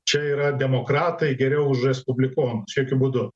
čia yra demokratai geriau už respublikonus jokiu būdu